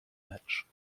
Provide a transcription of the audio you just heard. matches